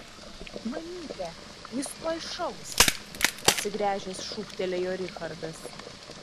mamyte jis tuoj šaus atsigręžęs šūktelėjo richardas